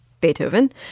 Beethoven